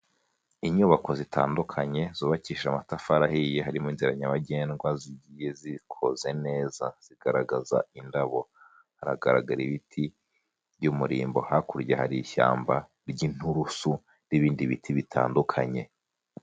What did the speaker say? Inyubako zitandukanye zubakishije amatafari ahiye, harimo inzira nyabagendwa zigiye zikoze neza zigaragaza indabo, hagaragara ibiti by'umurimbo, hakurya hari ishyamba ry'inturusu n'ibindi biti bitandukanye.